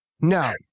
No